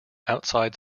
outside